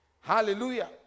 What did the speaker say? Hallelujah